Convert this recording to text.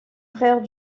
frère